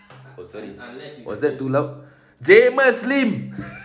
oh sorry was that too loud jamus lim